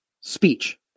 speech